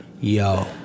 Yo